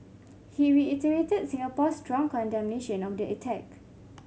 he reiterated Singapore's strong condemnation of the attack